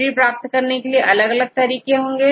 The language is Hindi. अबट्री प्राप्त करने के अलग अलग तरीके होंगे